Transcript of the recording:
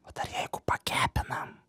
o dar jeigu pakepinam